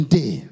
day